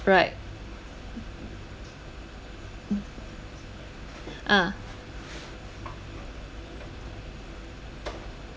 right mm ah